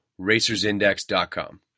racersindex.com